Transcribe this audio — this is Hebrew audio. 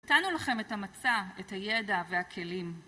נתנו לכם את המצא, את הידע והכלים